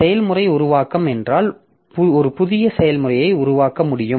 செயல்முறை உருவாக்கம் என்றால் ஒரு புதிய செயல்முறையை உருவாக்க முடியும்